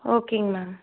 ஓகேங்க மேம்